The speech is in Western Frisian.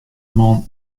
man